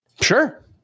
Sure